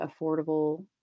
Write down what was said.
affordable